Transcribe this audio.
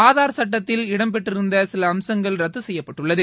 ஆதார் சுட்டத்தில் இடம்பெற்றிருந்த சில அம்சங்கள் ரத்து செய்யப்பட்டுள்ளது